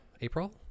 April